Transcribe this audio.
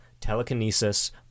telekinesis